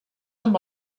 amb